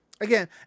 Again